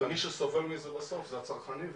ומי שסובל מזה בסוף זה הצרכנים,